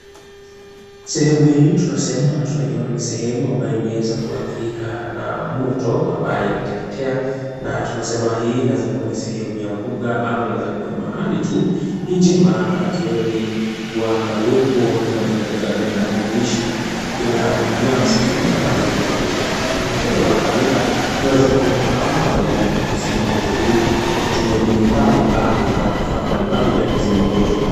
Sehemu hii tunasema na tunaiona ni sehemu ambayo imeweza kuathirika na moto ambayo inateketea na tunasema hii inaweza kuwa ni sehemu ya mbuga ama inaweza kuwa ni mahali tu nje maana hatuoni kuwa na uwepo wa nyumba za za binadamu kuishi ila ni nyasi tu ambazo zinateketea wakati huu na tendo linalofanyika ni wazima moto hawa wanajaribu kuzima moto huu kwa kutumia mbinu mbalimbali na vifaa mbalimbali vya kuzima moto.